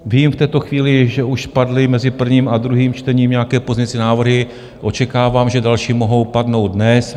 Vím v této chvíli, že už padly mezi prvním a druhým čtením nějaké pozměňovací návrhy, očekávám, že další mohou padnout dnes.